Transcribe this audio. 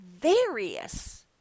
various